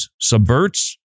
subverts